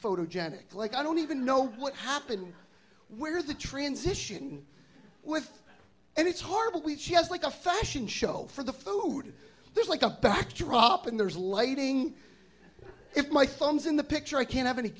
photogenic like i don't even know what happened where the transition with and it's hardly she has like a fashion show for the food there's like a backdrop and there's lighting if my phone is in the picture i can have any